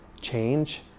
change